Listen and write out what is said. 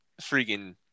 freaking